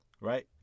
right